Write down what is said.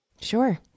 Sure